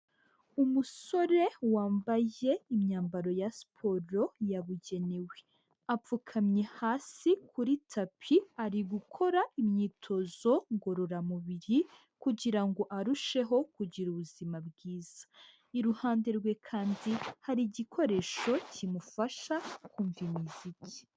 Umusore wambaye imyambaro ya siporo yabugenewe, apfukamye hasi kuri tapi ari gukora imyitozo ngororamubiri, kugira ngo arusheho kugira ubuzima bwiza, iruhande rwe kandi hari igikoresho kimufasha kumva imiziki.